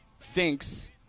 thinks